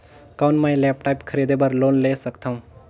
कौन मैं लेपटॉप खरीदे बर लोन ले सकथव?